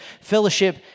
Fellowship